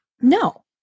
No